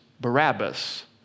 Barabbas